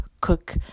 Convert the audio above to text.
cook